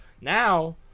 Now